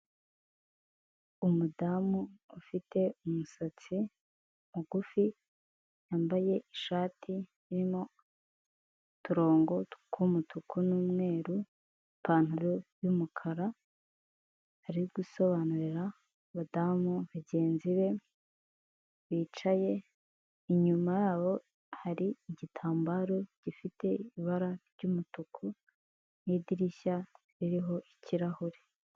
Umudamu ufite umusatsi mugufi, yambaye ishati irimo uturongo tw'umutuku n'umweru, ipantaro y'umukara, ari gusobanurira abadamu bagenzi be bicaye, inyuma yabo hari igitambaro gifite ibara ry'umutuku, n'idirishya ririho ikirahure.